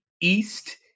East